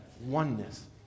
oneness